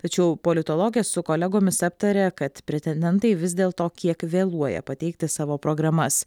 tačiau politologė su kolegomis aptarė kad pretendentai vis dėl to kiek vėluoja pateikti savo programas